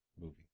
movie